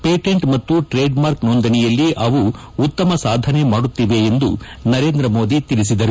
patent ಮತ್ತು trademark ನೋಂದಣಿಯಲ್ಲಿ ಅವು ಉತ್ತಮ ಸಾಧನೆ ಮಾಡುತ್ತಿವೆ ಎಂದು ನರೇಂದ್ರ ಮೋದಿ ತಿಳಿಸಿದರು